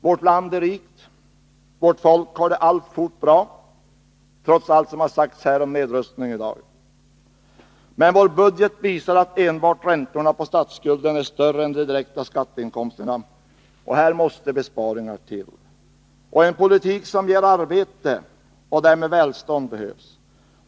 Vårt land är rikt, vårt folk har det alltfort bra — trots allt som har sagts här om nedrustning i dag — men vår budget visar att enbart räntorna på statsskulden är större än de direkta skatteinkomsterna. Besparingar måste till, och en politik som ger arbete och därmed välstånd behövs.